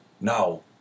Now